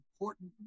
important